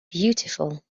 beautiful